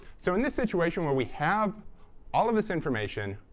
so in this situation where we have all of this information,